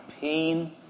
pain